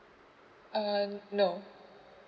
uh no